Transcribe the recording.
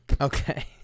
Okay